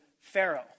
Pharaoh